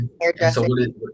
Hairdressing